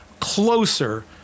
Closer